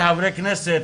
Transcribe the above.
כחברי כנסת,